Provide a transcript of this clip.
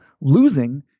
losing